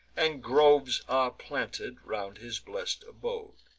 and groves are planted round his blest abode.